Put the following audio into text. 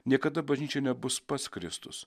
niekada bažnyčia nebus pats kristus